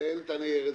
ואין את הניירת,